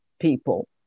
people